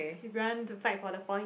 if we want to fight for the point